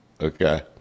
Okay